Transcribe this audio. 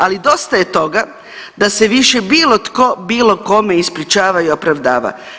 Ali dosta je toga da se više bilo tko bilo kome ispričava i opravdava.